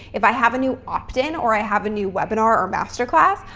if i have a new opt in or i have a new webinar or masterclass,